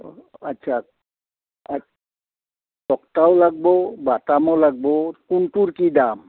আচ্ছা টক্টাও লাগব বাটামো লাগব কোনটোৰ কি দাম